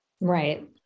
Right